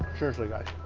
seriously guys.